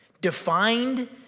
defined